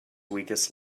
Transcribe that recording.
weakest